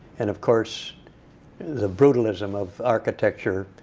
and of course the brutalism of architecture,